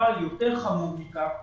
אבל יותר חמור מכך,